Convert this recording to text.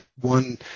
one